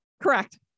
Correct